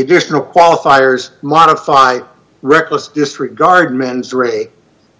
additional qualifiers modify reckless disregard mens rea